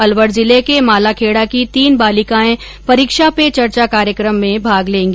अलवर जिले के मालाखेडा की तीन बालिकाएं परीक्षा पे चर्चा कार्यकम में भाग लेंगी